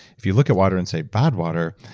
if you look at water and say bad water,